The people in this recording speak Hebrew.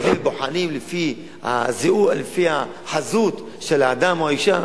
מסתכלים ובוחנים לפי החזות של האדם או האשה,